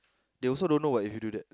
they also don't know what if you do that